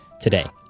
today